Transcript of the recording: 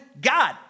God